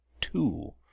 two